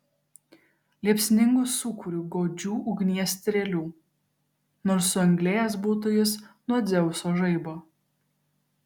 liepsningu sūkuriu godžių ugnies strėlių nors suanglėjęs būtų jis nuo dzeuso žaibo